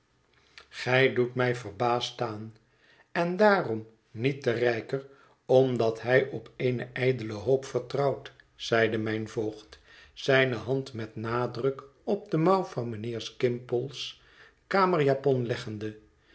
gij doet mij verbaasd staan en daarom niet te rijker omdat hij op eene ijdele hoop vertrouwt zeide mijn voogd zijne hand met nadruk op de mouw van mijnheer skimpole's kamerjapon leggende